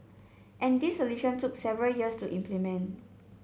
and this solution took several years to implement